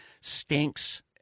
stinks